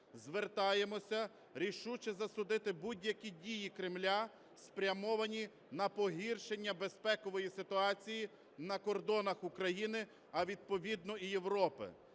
Звертаємося рішуче засудити будь-які дії Кремля, спрямовані на погіршення безпекової ситуації на кордонах України, а відповідно і Європи.